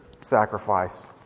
sacrifice